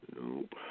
Nope